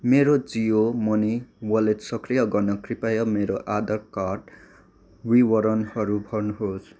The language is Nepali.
मेरो जियो मनी वालेट सक्रिय गर्न कृपया मेरो आधार कार्ड विवरणहरू भर्नुहोस्